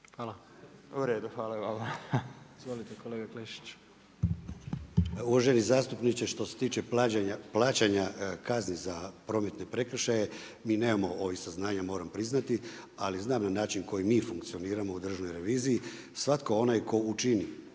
Gordan (HDZ)** Hvala vam. **Klešić, Ivan** Uvaženi zastupniče, što se tiče plaćanja kazni za prometne prekršaje, mi nemamo ove saznanja, moram priznati, ali znam na način koji mi funkcioniramo u Državnoj reviziji, svatko onaj tko učini,